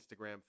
Instagram